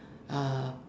uh